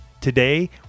Today